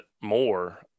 more